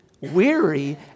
weary